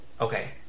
Okay